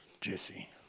Jesse